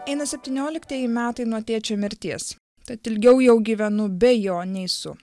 eina septynioliktieji metai nuo tėčio mirties tad ilgiau jau gyvenu be jo nei su